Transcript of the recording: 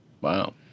wow